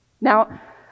Now